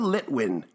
Litwin